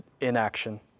inaction